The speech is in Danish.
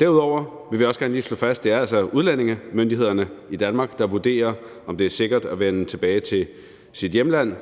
Derudover vil vi også gerne lige slå fast, at det altså er udlændingemyndighederne i Danmark, der vurderer, om det er sikkert at vende tilbage til hjemlandet.